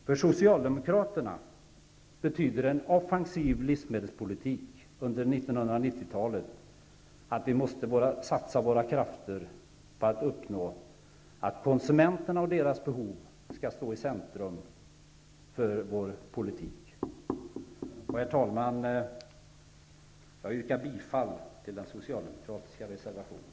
För socialdemokraterna betyder en offensiv livsmedelspolitik under 1990-talet att vi måste satsa våra krafter på att uppnå målet att konsumenterna och deras behov skall stå i centrum för politiken. Herr talman! Jag yrkar bifall till den socialdemokratiska reservationen.